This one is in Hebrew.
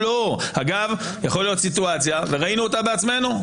אגב, יכולה להיות סיטואציה וראינו אותה בעצמנו.